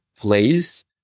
Place